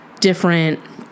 different